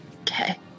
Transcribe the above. Okay